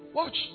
Watch